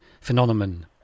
phenomenon